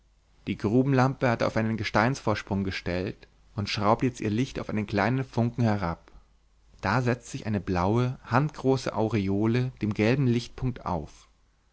die grubenlampe hat er auf einen gesteinsvorsprung gestellt und schraubt jetzt ihr licht auf einen kleinen funken herab da setzt sich eine blaue handgroße aureole dem gelben lichtpunkt auf